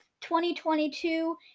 2022